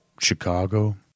Chicago